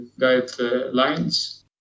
guidelines